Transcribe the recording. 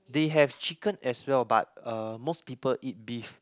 they have chicken as well but uh most people eat beef